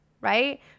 right